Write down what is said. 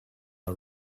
are